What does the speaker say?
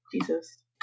Jesus